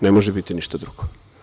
Ne može biti ništa drugo.